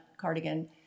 cardigan